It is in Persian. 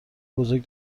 بزرگ